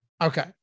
Okay